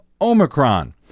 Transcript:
Omicron